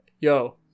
yo